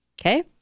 okay